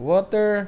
Water